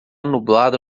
nublado